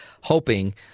hoping